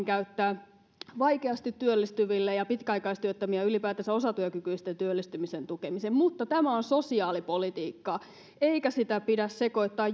käyttää vaikeasti työllistyviin ja pitkäaikaistyöttömiin ja ylipäätänsä osatyökykyisten työllistymisen tukemiseen mutta tämä on sosiaalipolitiikkaa eikä sitä pidä sekoittaa